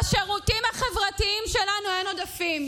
לשירותים החברתיים שלנו אין עודפים.